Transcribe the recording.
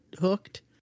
hooked